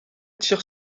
tire